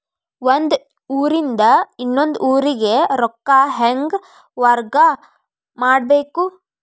ಒಂದ್ ಊರಿಂದ ಇನ್ನೊಂದ ಊರಿಗೆ ರೊಕ್ಕಾ ಹೆಂಗ್ ವರ್ಗಾ ಮಾಡ್ಬೇಕು?